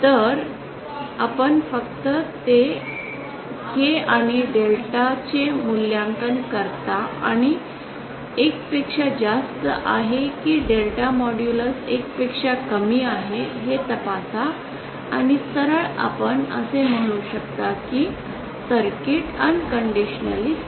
तर 3218 आपण फक्त के आणि डेल्टाचे मूल्यांकन करता आणि के 1 पेक्षा जास्त आहे की डेल्टा मॉड्युलस 1 पेक्षा कमी आहे हे तपासा आणि सरळ आपण असे म्हणू शकता की सर्किट बिनशर्त स्थिर आहे